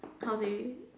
how to say